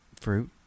fruit